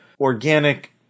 organic